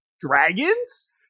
Dragons